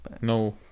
No